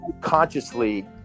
consciously